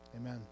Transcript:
amen